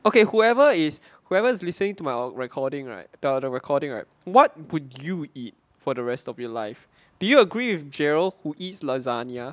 okay whoever is whoever's listening to my recording right the recording right what would you eat for the rest of your life do you agree with jarrell who eats lasagna